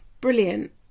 brilliant